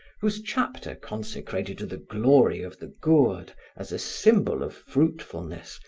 whose chapter consecrated to the glory of the gourd as a symbol of fruitfulness,